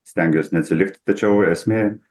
stengiuos neatsilikti tačiau esmė